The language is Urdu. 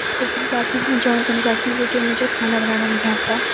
کوکنگ کلاسز میں جوائنٹ کرنا چاہتی ہوں کیونکہ مجھے کھانا بنانا نہیں آتا